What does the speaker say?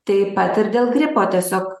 taip pat ir dėl gripo tiesiog